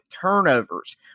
turnovers